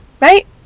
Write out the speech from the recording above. right